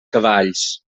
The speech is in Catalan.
cavalls